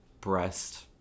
breast